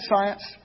science